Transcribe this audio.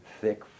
thick